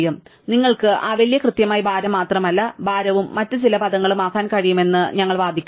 ശരി നിങ്ങൾക്ക് ആ വില കൃത്യമായി ഭാരം മാത്രമല്ല ഭാരവും മറ്റ് ചില പദങ്ങളും ആക്കാൻ കഴിയുമെന്ന് ഞങ്ങൾ വാദിക്കാം